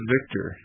Victor